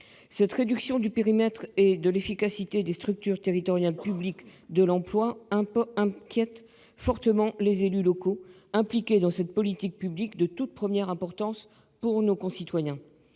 Cette réduction du périmètre et de l'efficacité des structures territoriales publiques de l'emploi inquiète fortement les élus locaux impliqués dans cette politique publique de toute première importance pour nos concitoyens.